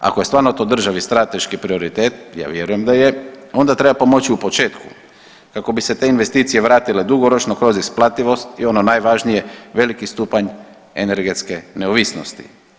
Ako je stvarno to državi strateški prioritet, ja vjerujem da je, onda treba pomoći u početku kako bi se te investicije vratile dugoročno kroz isplativost i ono najvažnije veliki stupanj energetske neovisnosti.